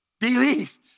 believe